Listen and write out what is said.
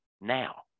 now